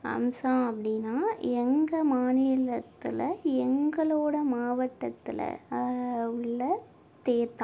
அம்சம் அப்படின்னா எங்கள் மாநிலத்தில் எங்களோட மாவட்டத்தில் உள்ள தேர்தான்